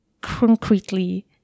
concretely